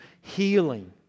healing